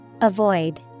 Avoid